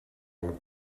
along